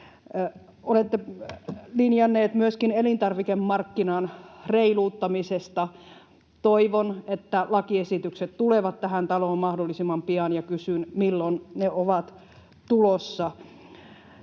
Olette linjanneet myöskin elintarvikemarkkinan reiluuttamisesta. Toivon, että lakiesitykset tulevat tähän taloon mahdollisimman pian, ja kysyn: milloin ne ovat tulossa?